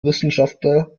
wissenschaftler